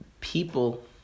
people